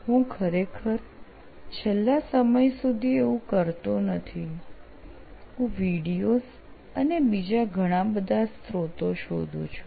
હું ખરેખર છેલ્લા સમય સુધી એવું કરતો નથી હું વિડિઓઝ અને બીજા ઘણા બધા સ્ત્રોતો શોધું છું